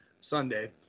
Sunday